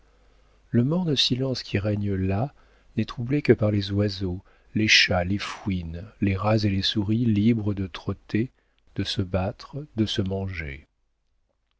le morne silence qui règne là n'est troublé que par les oiseaux les chats les fouines les rats et les souris libres de trotter de se battre de se manger